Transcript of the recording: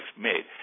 made